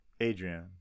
Adrian